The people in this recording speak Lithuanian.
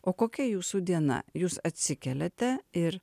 o kokia jūsų diena jūs atsikeliate ir